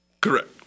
Correct